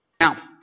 Now